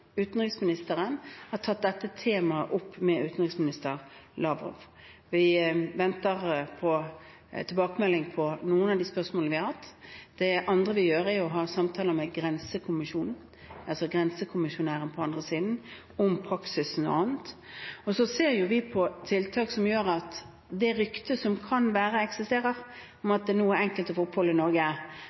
Utenriksministeren har tatt dette temaet opp med utenriksminister Lavrov. Vi venter på tilbakemelding på noen av de spørsmålene vi har hatt. Det andre vi gjør, er å ha samtaler med grensekommisjonen, altså grensekommissæren på den andre siden, om praksisen og annet. Når det gjelder det ryktet som kanskje eksisterer, om at det nå er enkelt å få opphold i Norge,